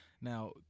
Now